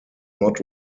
not